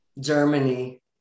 Germany